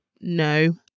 no